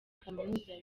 kaminuza